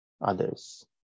others